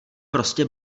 prostě